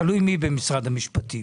תלוי מי במשרד המשפטים,